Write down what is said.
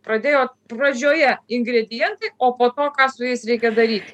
pradėjo pradžioje ingredientai o po to ką su jais reikia daryt